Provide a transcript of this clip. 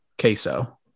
queso